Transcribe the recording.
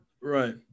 Right